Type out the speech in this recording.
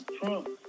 Trump